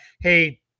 hey